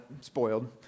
Spoiled